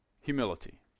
Humility